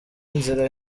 inzira